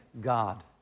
God